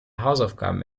hausaufgaben